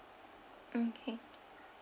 okay